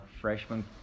freshman